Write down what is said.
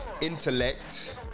intellect